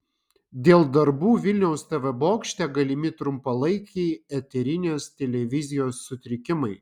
dėl darbų vilniaus tv bokšte galimi trumpalaikiai eterinės televizijos sutrikimai